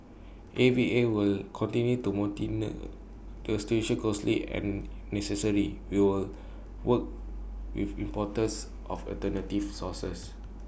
A V A will continue to monitor the situation closely and necessary we will work with importers of alternative sources